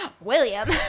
William